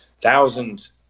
thousands